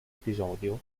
episodio